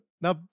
Now